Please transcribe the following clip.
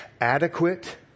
adequate